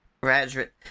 graduate